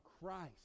Christ